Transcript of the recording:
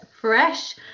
fresh